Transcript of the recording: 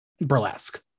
burlesque